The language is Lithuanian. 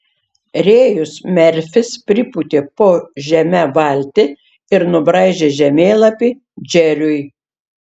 rėjus merfis pripūtė po žeme valtį ir nubraižė žemėlapį džeriui